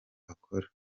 akora